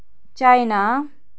China